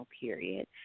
period